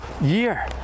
year